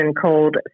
called